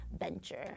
venture